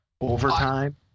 overtime